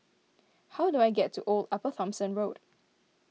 how do I get to Old Upper Thomson Road